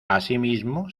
asimismo